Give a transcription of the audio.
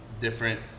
different